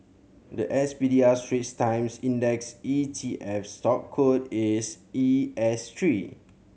the S P D R Straits Times Index E T F stock code is E S three